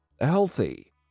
healthy